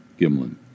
Gimlin